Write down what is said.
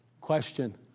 question